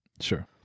Sure